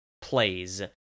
plays